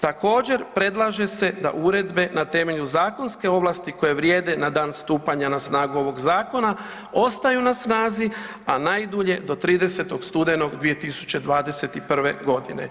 Također, predlaže se da uredbe na temelju zakonske ovlasti koje vrijede na dan stupanja na snagu ovog zakona ostaju na snazi, a najdulje do 30. studenog 2021. godine.